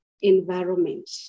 environment